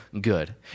good